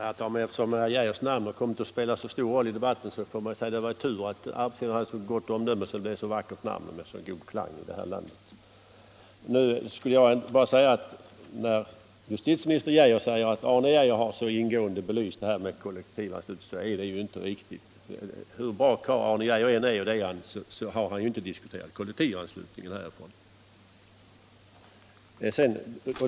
Herr talman! Eftersom Arne Geijers namn har kommit att spela en stor roll i debatten, får man säga att det var tur att den arbetsgivaren hade ett så gott omdöme att det blev ett så vackert namn med en god klang i det här landet. Justitieminister Geijer säger att Arne Geijer så ingående har belyst frågan om kollektivanslutningen, men det är inte riktigt. Hur bra karl Arne Geijer än är — och det är han — så har han inte diskuterat kollektivanslutningen här.